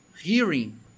hearing